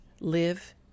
live